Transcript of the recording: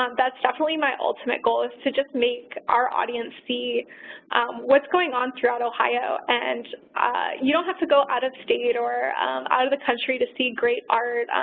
that's definitely my ultimate goal is to just make our audience see what's going on, throughout ohio. and you don't have to go out of state or out of the country to see great art,